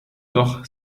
doch